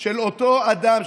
של אותו אדם,